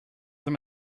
them